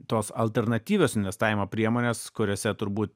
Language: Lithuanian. tos alternatyvios investavimo priemonės kuriose turbūt